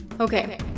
Okay